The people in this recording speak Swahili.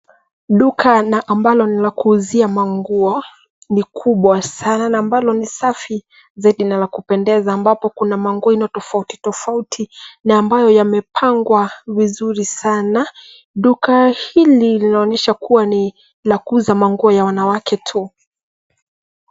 Duka na ambalo ni la kuuzia manguo, ni kubwa sana na ambalo ni safi zaidi na la kupendeza ambapo kuna manguo aina tofautitofauti na ambayo yamepangwa vizuri sana. Duka hili linaonyesha kuwa ni la kuuza manguo ya wanawake tu.